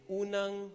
unang